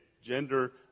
Gender